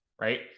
right